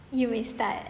you may start